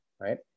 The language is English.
right